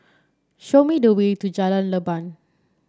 show me the way to Jalan Leban